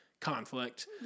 conflict